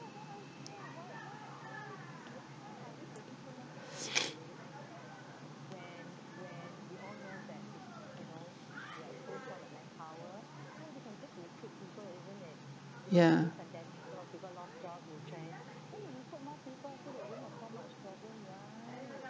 ya